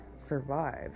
survive